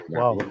wow